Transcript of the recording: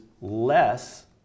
less